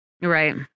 Right